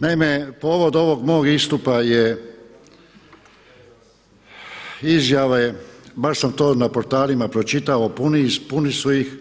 Naime, povod ovog mog istupa je izjave, baš sam to na portalima pročitao, puni su ih,